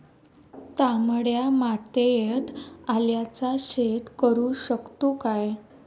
तामड्या मातयेत आल्याचा शेत करु शकतू काय?